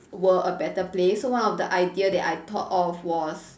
were a better place so one of the idea I thought of was